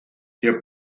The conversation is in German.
herr